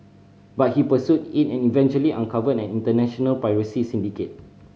but he pursued it and eventually uncovered an international piracy syndicate